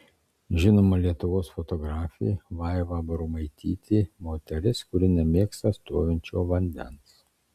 žinoma lietuvos fotografė vaiva abromaitytė moteris kuri nemėgsta stovinčio vandens